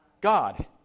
God